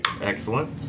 excellent